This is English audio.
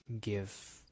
give